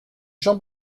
jean